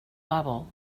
bubble